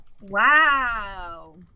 Wow